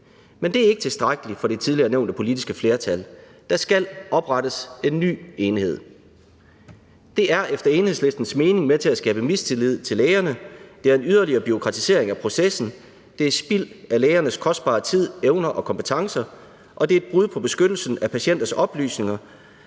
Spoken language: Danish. Men det er ikke tilstrækkeligt for det tidligere nævnte politiske flertal. Der skal oprettes en ny enhed. Det er efter Enhedslistens mening med til at skabe mistillid til lægerne. Det er en yderligere bureaukratisering af processen. Det er spild af lægernes kostbare tid, evner og kompetencer, og det er et brud på beskyttelsen af patienters oplysninger,